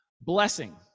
blessing